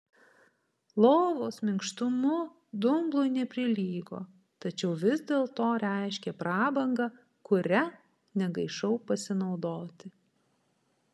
lovos minkštumu dumblui neprilygo tačiau vis dėlto reiškė prabangą kuria negaišau pasinaudoti